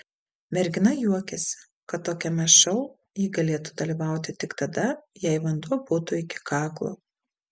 mergina juokėsi kad tokiame šou ji galėtų dalyvauti tik tada jei vanduo būtų iki kaklo